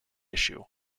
issue